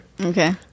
okay